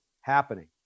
happening